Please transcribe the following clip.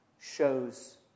shows